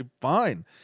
Fine